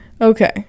Okay